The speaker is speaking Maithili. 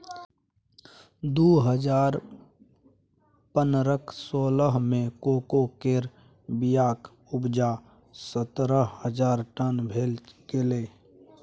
दु हजार पनरह सोलह मे कोको केर बीयाक उपजा सतरह हजार टन भए गेलै